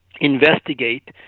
investigate